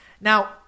Now